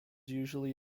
usually